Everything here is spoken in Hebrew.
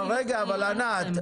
אבל רגע, ענת.